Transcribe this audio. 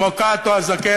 כמו קאטו הזקן,